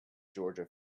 georgia